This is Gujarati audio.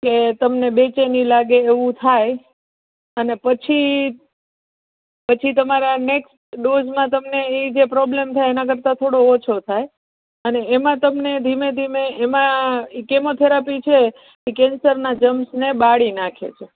કે તમને બેચેની લાગે એવું થાય અને પછી પછી તમારા નેક્સ્ટ ડોઝમાં તમને એ જે પ્રોબ્લેમ થાય એના કરતાં થોડો ઓછો થાય અને એમાં તમને ધીમે ધીમે એમાં કેમો થેરાપી છે ઈ કેન્સરના જમ્સને બાળી નાખે છે